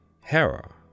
Hera